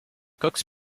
cox